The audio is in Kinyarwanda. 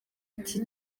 iki